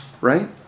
Right